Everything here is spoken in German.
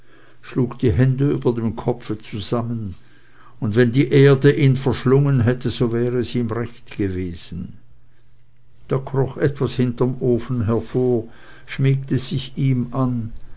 schlug die hände über dem kopfe zusammen und wenn die erde ihn verschlungen hätte so wäre es ihm recht gewesen da kroch etwas hinterem ofen hervor schmiegte sich ihm an